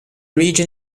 region